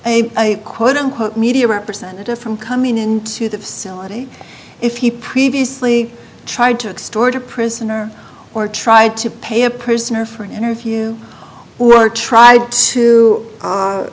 i quote unquote media representatives from coming into the facility if you previously tried to extort a prisoner or tried to pay a prisoner for an interview or tried to